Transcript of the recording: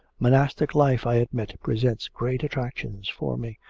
monastic life, i admit, presents great attractions for me,